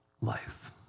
life